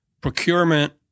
procurement